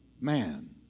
man